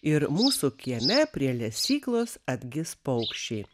ir mūsų kieme prie lesyklos atgis paukščiai